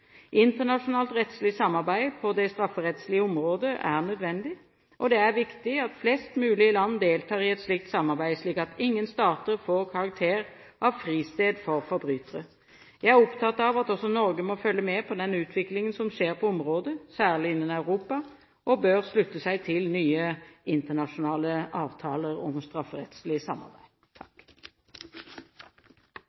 Internasjonalt rettslig samarbeid på det strafferettslige området er nødvendig, og det er viktig at flest mulig land deltar i et slikt samarbeid, slik at ingen stater får karakter av fristed for forbrytere. Jeg er opptatt av at også Norge må følge med på den utviklingen som skjer på området, særlig innenfor Europa, og bør slutte seg til nye internasjonale avtaler om strafferettslig samarbeid.